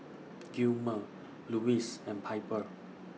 Gilmer Louise and Piper